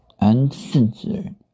Uncensored